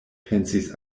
pensis